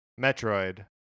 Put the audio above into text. Metroid